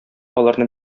аларны